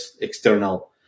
external